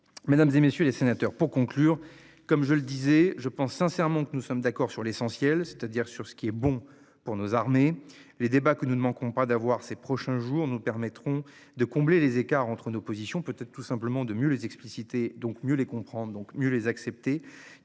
Mesdames, et messieurs les sénateurs. Pour conclure, comme je le disais je pense sincèrement que nous sommes d'accord sur l'essentiel, c'est-à-dire sur ce qui est bon pour nos armées les débats que nous ne manquons pas d'avoir ces prochains jours nous permettront de combler les écarts entre nos positions peut être tout simplement de mieux les expliciter donc mieux les comprendre, donc mieux les accepter